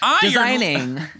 designing